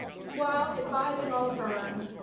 while advising olive byrne,